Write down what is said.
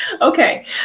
Okay